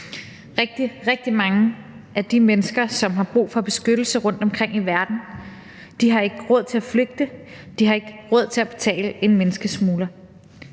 rigtig mange af de mennesker, som har brug for beskyttelse rundtomkring i verden, har ikke råd til at flygte. De har ikke råd til at betale en menneskesmugler,